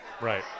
right